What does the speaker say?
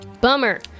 bummer